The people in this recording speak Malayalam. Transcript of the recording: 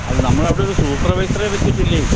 അതിന് നമ്മൾ അവിടെ ഒരു സൂപ്പർവൈസറെ വച്ചിട്ടില്ലേ